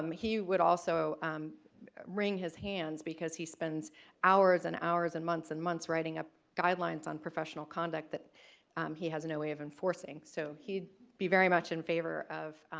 um he would also wring his hands because he spends hours and hours and months and months writing up guidelines on professional conduct that he has no way of enforcing, so he'd be very much in favor of